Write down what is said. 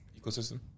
ecosystem